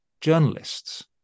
journalists